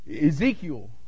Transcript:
ezekiel